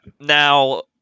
Now